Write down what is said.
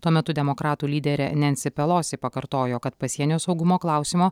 tuo metu demokratų lyderė nensė pelosi pakartojo kad pasienio saugumo klausimo